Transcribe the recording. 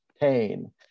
pain